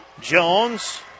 Jones